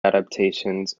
adaptations